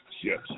yes